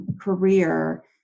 career